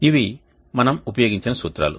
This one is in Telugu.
ఇవి మనము ఉపయోగించిన సూత్రాలు